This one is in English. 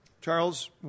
Charles